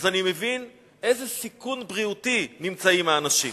אני מבין באיזה סיכון בריאותי נמצאים האנשים.